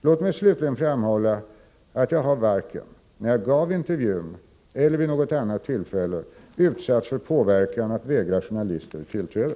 Låt mig slutligen framhålla att jag varken när jag gav intervjun eller vid något annat tillfälle har utsatts för påverkan att vägra journalister tillträde.